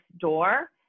door